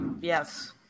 Yes